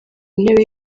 ntebe